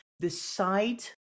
decide